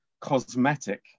cosmetic